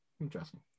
interesting